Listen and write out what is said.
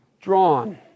Drawn